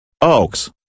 Oaks